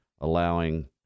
allowing